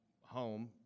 home